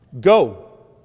Go